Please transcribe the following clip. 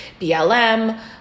BLM